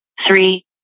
three